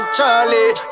Charlie